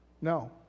No